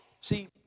See